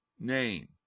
name